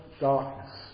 darkness